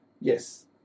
yes